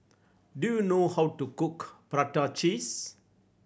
do you know how to cook prata cheese